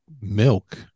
milk